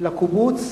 לקובוץ,